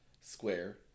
Square